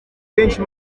benshi